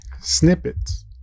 snippets